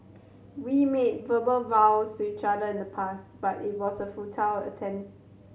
we made verbal vows to each other in the past but it was a futile attempt